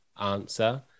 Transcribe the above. answer